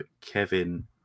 Kevin